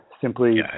Simply